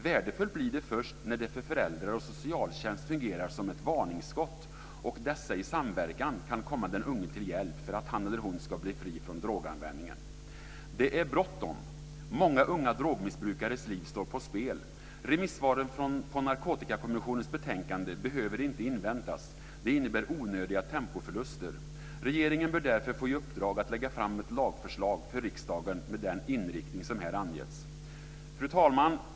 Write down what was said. Värdefullt blir det först när det för föräldrar och socialtjänst fungerar som ett varningsskott och dessa i samverkan kan komma den unge till hjälp för att han eller hon ska bli fri från droganvändningen. Det är bråttom. Många unga drogmissbrukares liv står på spel. Remissvaren på Narkotikakommissionens betänkande behöver inte inväntas. Det innebär onödiga tempoförluster. Regeringen bör därför få i uppdrag att lägga fram ett lagförslag för riksdagen med den inriktning som här angetts. Fru talman!